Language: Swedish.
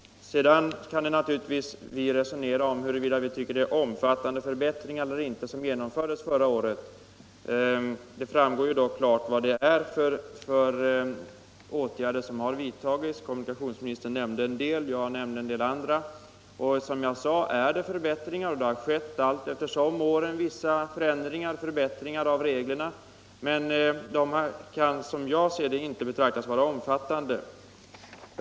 Vi kan naturligtvis resonera om huruvida de förbättringar som genomfördes förra året var omfattande eller inte. Det framgår dock klart vilka åtgärder det var som vidtogs - kommunikationsministern nämnde en del, jag nämnde en del andra. Som jag sade innebär de förbättringar, och det har under årens lopp skett förändringar och förbättringar av reglerna. Men de kan, som jag ser det, inte betraktas som omfattande.